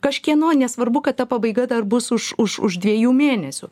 kažkieno nesvarbu kad ta pabaiga dar bus už už už dviejų mėnesių